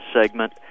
segment